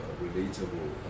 relatable